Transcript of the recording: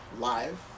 Live